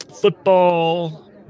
football